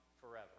forever